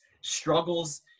struggles